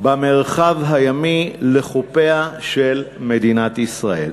במרחב הימי שלחופיה של מדינת ישראל.